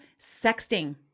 sexting